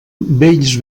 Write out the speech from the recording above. vells